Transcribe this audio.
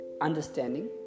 understanding